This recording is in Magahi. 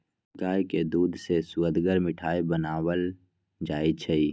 गाय के दूध से सुअदगर मिठाइ बनाएल जाइ छइ